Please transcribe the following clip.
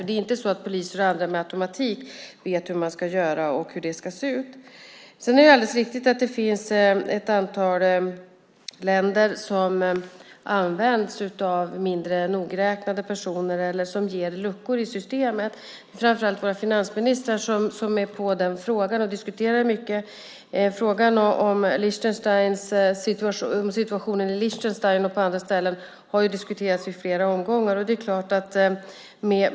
Det är inte så att poliser och andra med automatik vet hur man ska göra och hur det ska se ut. Det är alldeles riktigt att det finns ett antal länder som använder sig av mindre nogräknade personer eller som ger luckor i systemet. Det är framför allt våra finansministrar som diskuterar den frågan mycket. Frågan om situationen i Liechtenstein och på andra ställen har diskuterats i flera omgångar.